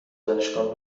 دانشگاه